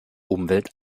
umwelt